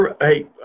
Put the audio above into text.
Hey